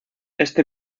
este